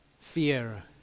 fear